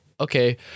okay